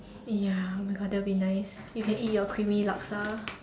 ya oh my god that will be nice you can eat your creamy Laksa